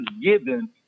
given